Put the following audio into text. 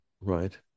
right